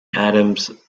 adams